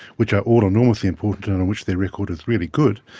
which are all enormously important and on which their record is really good,